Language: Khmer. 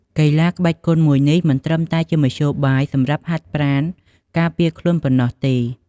កីឡាក្បាច់គុនមួយនេះមិនត្រឹមតែជាមធ្យោបាយសម្រាប់ហាត់ប្រាណការពារខ្លួនប៉ុណ្ណោះទេ។